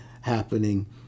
happening